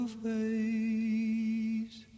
face